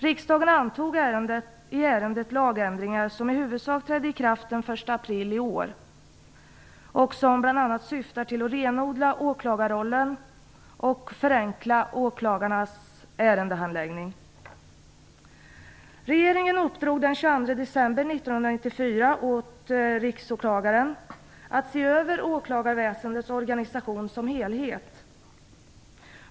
Riksdagen antog lagändringar som i huvudsak trädde i kraft den 1 april i år och som bl.a. syftar till att renodla åklagarrollen och förenkla åklagarnas ärendehandläggning. Regeringen uppdrog den 22 december 1994 åt riksåklagaren att se över åklagarväsendets organisation som helhet.